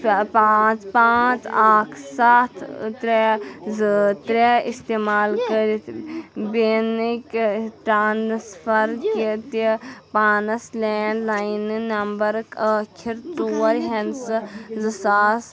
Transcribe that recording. پانٛژھ پانٛژھ اکھ سَتھ ٲں ترٛےٚ زٕ ترٛےٚ استعمال کٔرِتھ ٲں ٹرٛانسفر کہِ تہِ پانَس لینٛڈ لاین نمبر ٲخِر ژور ہِنٛدسہٕ زٕ ساس